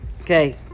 Okay